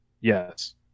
Yes